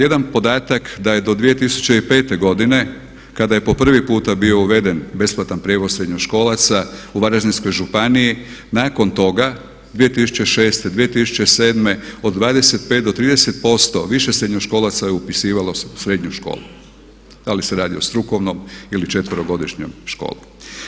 Jedan podatak da je do 2005. godine kada je po prvi puta bio uveden besplatan prijevoz srednjoškolaca u Varaždinskoj županiji nakon toga 2006., 2007. od 25 do 30% više srednjoškolaca je upisivalo srednju školu da li se radi o strukovnom ili četverogodišnjom školom.